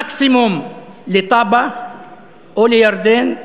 מקסימום לטאבה או לירדן,